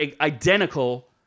identical